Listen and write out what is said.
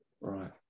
Right